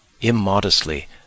immodestly